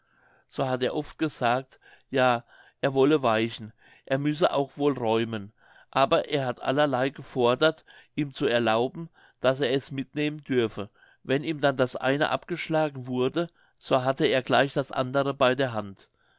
so hat er oft gesagt ja er wolle weichen er müsse auch wohl räumen aber er hat allerlei gefordert ihm zu erlauben daß er es mitnehmen dürfe wann ihm dann nun das eine abgeschlagen wurde so hatte er gleich das andere bei der hand